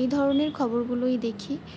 এই ধরনের খবরগুলোই দেখি